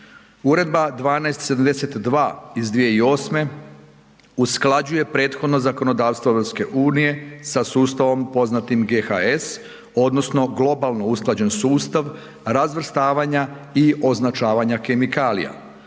Uredba 1272/2008 usklađuje prethodno zakonodavstvo EU-a sa sustavom poznatim GHS odnosno globalno usklađen sustav razvrstavanja i označavanja kemikalija,